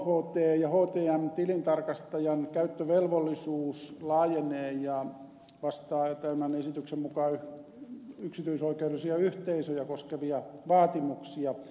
kht ja htm tilintarkastajan käyttövelvollisuus laajenee ja vastaa tämän esityksen mukaan yksityisoikeudellisia yhteisöjä koskevia vaatimuksia